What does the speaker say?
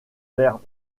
vers